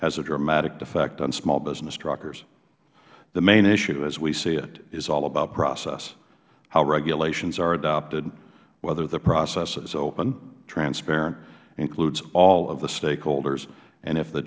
has a dramatic effect on small business truckers the main issue as we see it is all about process how regulations are adopted whether the process is open transparent includes all of the stakeholders and if the